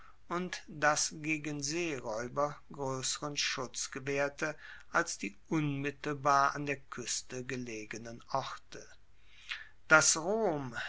das gegen seeraeuber groesseren schutz gewaehrte als die unmittelbar an der kueste gelegenen orte dass rom